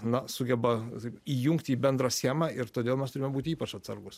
na sugeba taip įjungti į bendrą schemą ir todėl mes turime būt ypač atsargūs